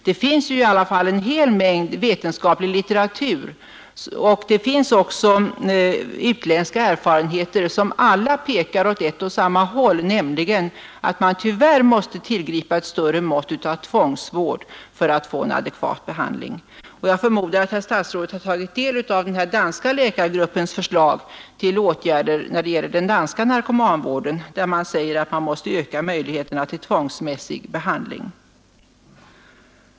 Det finns ju i alla fall en hel mängd vetenskaplig litteratur, och det finns även utländska erfarenheter som alla pekar åt ett och samma håll, nämligen att man tyvärr måste tillgripa ett större mått av tvångsvård för att få en adekvat behandling. Jag förmodar att statsrådet har tagit del av den danska läkargruppens förslag till åtgärder när det gäller den danska narkomanvården, där det sägs att man måste öka möjligheterna till tvångsmässig behandling.